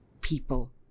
people